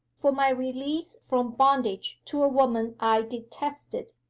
for my release from bondage to a woman i detested,